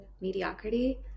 mediocrity